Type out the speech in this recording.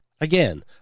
Again